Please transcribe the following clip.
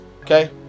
okay